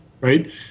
right